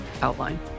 outline